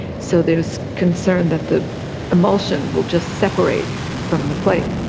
so there's concern that the emulsion will just separate from the plates.